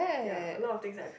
ya a lot of things I paid